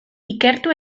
ikertu